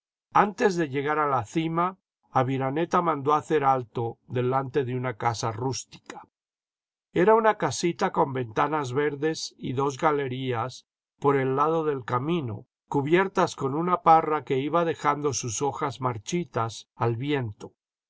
antes de llegar a la cima aviraneta mandó hacer alto delante de una casa rústica era una casita con ventanas verdes y dos galerías por el lado del camino cubiertas con una parra que iba dejando sus hojas marchitas al viento